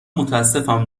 متاسفم